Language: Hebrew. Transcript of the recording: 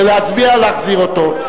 ולהצביע, להחזיר אותו.